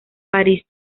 parís